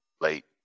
late